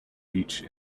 beach